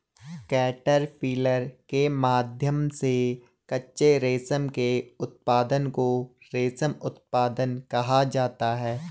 caterpillar के माध्यम से कच्चे रेशम के उत्पादन को रेशम उत्पादन कहा जाता है